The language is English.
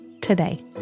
today